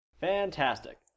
Fantastic